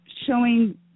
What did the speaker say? showing